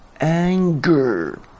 anger